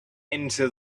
into